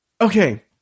Okay